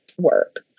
work